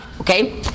okay